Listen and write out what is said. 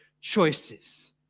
choices